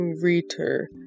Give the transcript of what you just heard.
reader